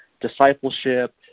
discipleship